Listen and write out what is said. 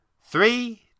Three